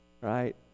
Right